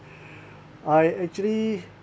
I actually